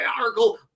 article